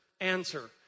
Answer